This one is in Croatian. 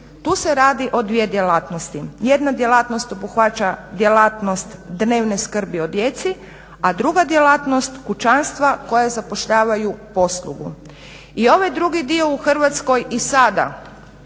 Tu se radi o dvije djelatnosti. Jedna djelatnost obuhvaća djelatnost dnevne skrbi o djeci, a druga djelatnost kućanstva koja zapošljavaju poslugu. I ovaj drugi dio u Hrvatskoj i sada